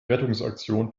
rettungsaktion